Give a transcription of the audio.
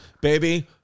Baby